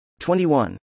21